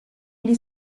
gli